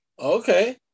Okay